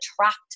attract